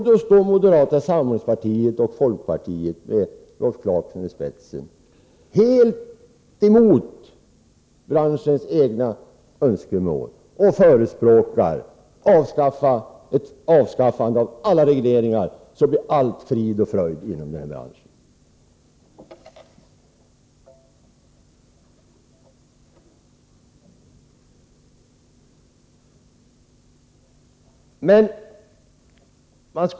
Då går moderata samlingspartiet och folkpartiet, med Rolf Clarkson i spetsen, helt emot branschens egna önskemål och förespråkar att alla regleringar skall avskaffas, så blir allt frid och fröjd i branschen.